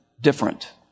different